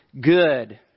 good